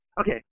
Okay